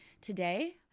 Today